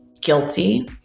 guilty